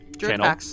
channel